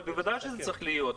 אבל בוודאי שזה צריף להיות.